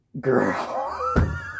Girl